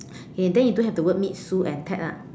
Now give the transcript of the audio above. okay then you don't have the word meet Sue and Ted ah